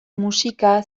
musika